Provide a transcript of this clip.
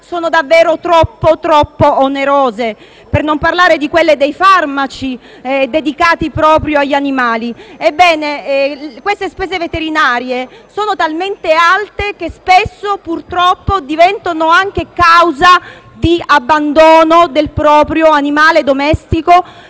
sono davvero troppo onerose; per non parlare di quelle dei farmaci dedicati agli animali. Ebbene, queste spese veterinarie sono talmente alte che spesso, purtroppo, diventano anche causa di abbandono del proprio animale domestico,